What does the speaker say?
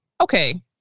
Okay